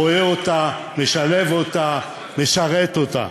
רואה אותה, לשלב אותה, לשרת אותה.